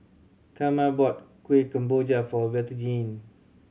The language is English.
Carma bought Kueh Kemboja for Bettyjane